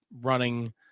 running